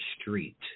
street